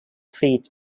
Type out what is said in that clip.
seat